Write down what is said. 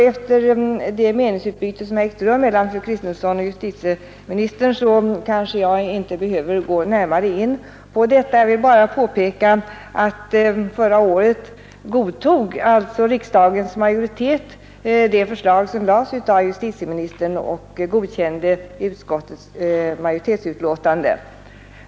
Efter det meningsutbyte som har ägt rum mellan fru Kristensson och justitieministern behöver jag kanske inte gå närmare in på detta. Jag vill bara påpeka att riksdagens majoritet förra året godtog det förslag som lades fram av justitieministern och som tillstyrktes av majoriteten i utskottet.